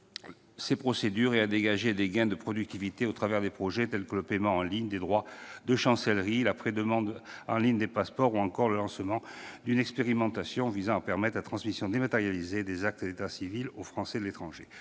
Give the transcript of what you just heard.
à dégager des gains de productivité, à travers des projets tels que le paiement en ligne des droits de chancellerie, la pré-demande en ligne des passeports ou encore le lancement d'une expérimentation visant à permettre la transmission dématérialisée des actes d'état civil aux Français de l'étranger.